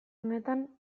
honetan